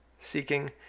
seeking